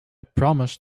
promised